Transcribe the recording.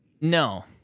No